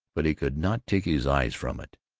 but he could not take his eyes from it.